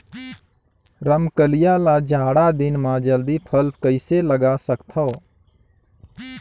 रमकलिया ल जाड़ा दिन म जल्दी फल कइसे लगा सकथव?